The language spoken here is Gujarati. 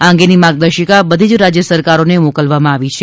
આ અંગેની માર્ગદર્શિકા બધી જ રાજ્ય સરકારોને મોકલવામાં આવી છે